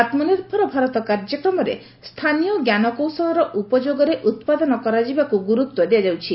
ଆତ୍କନର୍ଭର ଭାରତ କାର୍ଯ୍ୟକ୍ରମରେ ସ୍ଥାନୀୟ ଜ୍ଞାନକୌଶଳର ଉପଯୋଗରେ ଉତ୍ପାଦନ କରାଯିବାକୁ ଗୁରୁତ୍ୱ ଦିଆଯାଉଛି